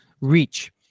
reach